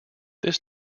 this